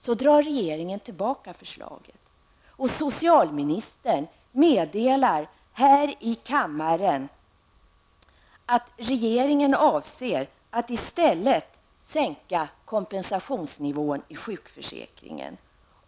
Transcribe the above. Så drar regeringen tillbaka förslaget, och socialministern meddelar här i kammaren att regeringen avser att i stället sänka kompensationsnivån i sjukförsäkringen.